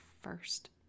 first